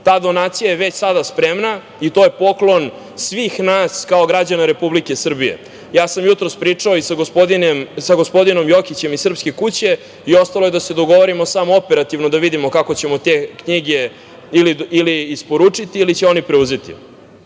Ta donacija je već sada spremna i to je poklon svih nas kao građana Republike Srbije. Jutros sam pričao i sa gospodinom Jokićem iz Srpske kuće i ostalo je da se dogovorimo samo operativno da vidimo kako ćemo te knjige ili isporučiti ili će oni preuzeti. Kao